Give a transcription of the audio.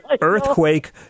earthquake